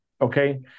Okay